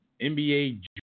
NBA